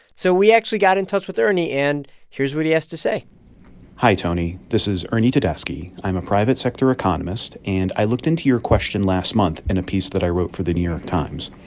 so we actually got in touch with ernie, and here's what he has to say hi, tony. this is ernie tedeschi. i'm a private sector economist, and i looked into your question last month in a piece that i wrote for the new york times.